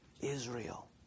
Israel